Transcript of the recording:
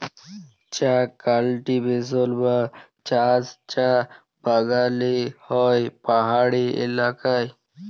চাঁ কাল্টিভেশল বা চাষ চাঁ বাগালে হ্যয় পাহাড়ি ইলাকায়